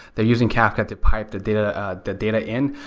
they're using kafka to pipe the data the data in.